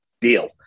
deal